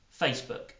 facebook